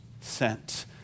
sent